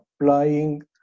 applying